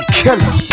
killer